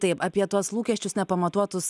taip apie tuos lūkesčius nepamatuotus